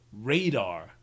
radar